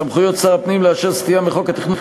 סמכויות שר הפנים לאפשר סטייה מחוק התכנון